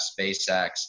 SpaceX